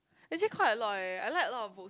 actually quite a lot eh I like a lot of books